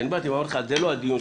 כשאמרתי לך: זה לא הדיון,